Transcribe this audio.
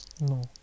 No